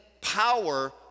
power